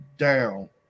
down